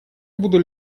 буду